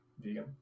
vegan